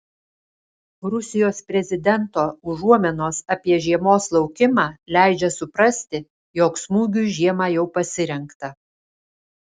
rusijos prezidento užuominos apie žiemos laukimą leidžia suprasti jog smūgiui žiemą jau pasirengta